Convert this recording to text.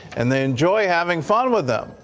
and enjoy having fun with them,